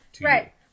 Right